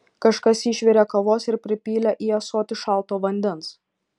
kažkas išvirė kavos ir pripylė į ąsotį šalto vandens